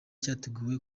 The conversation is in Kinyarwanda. cyateguwe